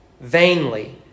vainly